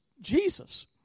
Jesus